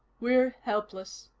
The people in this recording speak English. we're helpless,